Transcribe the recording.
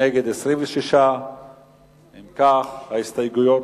נגד, 26. אם כך, ההסתייגות